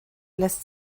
lässt